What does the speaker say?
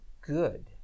good